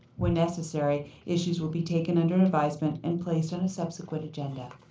when necessary, issues will be taken under and advisement and placed on a subsequent agenda.